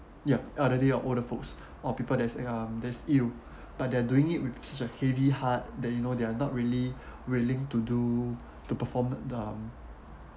ya elderly or older folks or people that is um that is ill there's you but they're doing it with a heavy heart that you know they're not really willing to do to perform the um